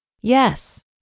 Yes